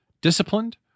disciplined